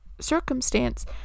circumstance